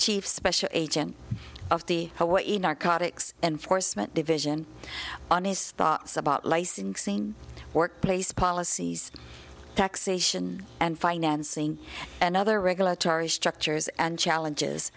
chief special agent of the hawaii narcotics enforcement division on his thoughts about licensing workplace policies taxation and financing and other regulatory structures and challenges